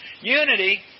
Unity